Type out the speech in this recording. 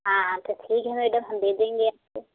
हाँ हाँ तो ठीक है मैडम हम दे देंगे आपको